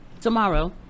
tomorrow